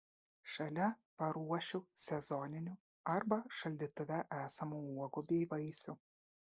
šalia paruošiu sezoninių arba šaldytuve esamų uogų bei vaisių